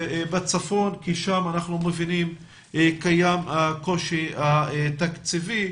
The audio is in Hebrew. בצפון, כי שם אנחנו מבינים שקיים הקושי התקציבי.